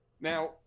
Now